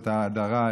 את ההדרה,